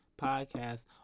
podcast